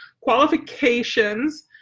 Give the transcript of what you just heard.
qualifications